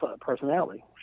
personality